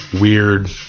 weird